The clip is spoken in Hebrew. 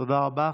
תודה רבה.